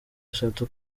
eshatu